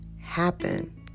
happen